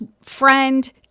friend